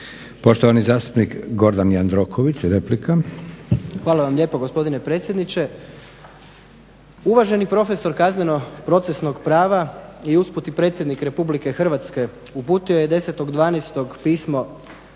Poštovani zastupnik, Gordan Jandroković, replika. **Jandroković, Gordan (HDZ)** Hvala vam lijepa gospodine predsjedniče. Uvaženi profesor kazneno-procesnog prava i usput i predsjednik RH, uputio je 10.12. pismo